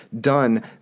done